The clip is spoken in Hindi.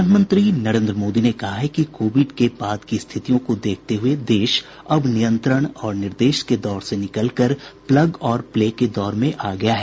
प्रधानमंत्री नरेन्द्र मोदी ने कहा है कि कोविड के बाद की स्थितियों को देखते हुए देश अब नियंत्रण और निर्देश के दौर से निकलकर प्लग और प्ले के दौर में आ गया है